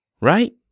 right